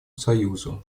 союзу